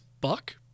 Buck